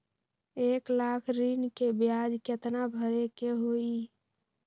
एक लाख ऋन के ब्याज केतना भरे के होई?